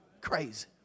crazy